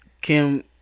Kim